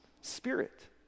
spirit